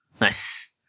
Nice